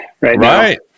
right